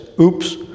oops